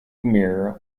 mirror